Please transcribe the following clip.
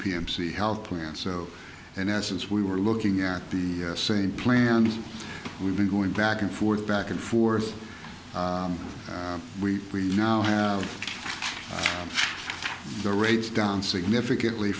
p m c health plan so in essence we were looking at the same plan we've been going back and forth back and forth we now have their rates down significantly